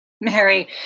Mary